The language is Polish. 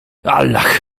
allach